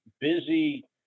busy